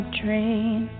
train